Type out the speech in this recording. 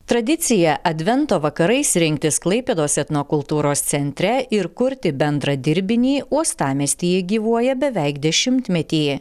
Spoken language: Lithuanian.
tradicija advento vakarais rinktis klaipėdos etnokultūros centre ir kurti bendrą dirbinį uostamiestyje gyvuoja beveik dešimtmetį